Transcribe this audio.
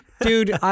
Dude